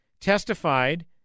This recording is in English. testified